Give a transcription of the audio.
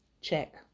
Check